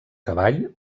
cavall